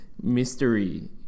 mystery